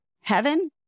Heaven